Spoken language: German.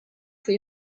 vor